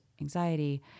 anxiety